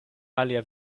alia